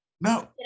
No